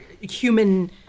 human